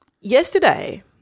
yesterday